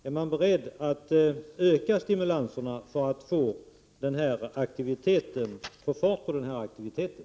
Är man beredd att öka stimulanserna för att få fart på den aktiviteten?